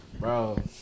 Bro